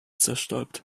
zerstäubt